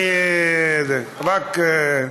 אני אתך.